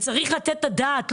צריך לתת את הדעת,